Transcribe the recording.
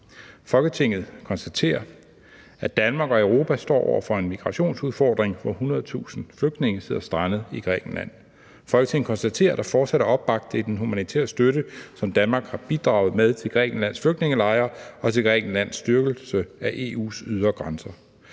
»Folketinget konstaterer, at Danmark og Europa står over for en migrationsudfordring, hvor 100.000 flygtninge sidder strandet i Grækenland. Folketinget konstaterer, at der fortsat er opbakning til den humanitære støtte, som Danmark har bidraget med til Grækenlands flygtningelejre og til Grækenlands styrkelse af EU’s ydre grænser.